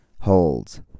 holds